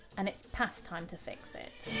and it's past time to fix it.